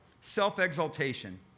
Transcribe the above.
Self-exaltation